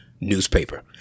newspaper